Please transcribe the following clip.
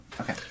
okay